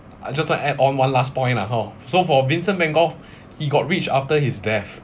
I just want add on one last point lah hor so for vincent van gogh he got rich after his death